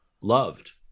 loved